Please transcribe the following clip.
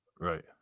Right